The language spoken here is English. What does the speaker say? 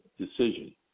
decision